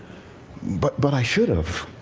but but i should have.